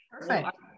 Perfect